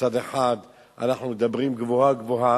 מצד אחד אנחנו מדברים גבוהה-גבוהה,